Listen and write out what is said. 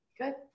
good